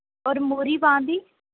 ਔਰ ਮੂਰੀ ਬਾਂਹ ਦੀ